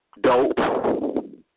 dope